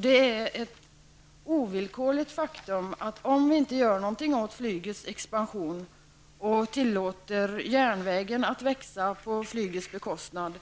Det är ett ovillkorligt faktum att vi, om vi inte gör något åt flygets expansion och tillåter järnvägen att växa på flygets bekostnad,